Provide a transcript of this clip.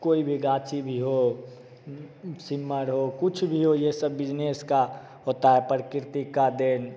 कोई भी गाछी भी हो सिम्मर हो कुछ भी हो ये सब बिजनेस का होता है प्रकृति का देन